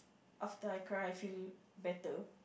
after I cry I feel better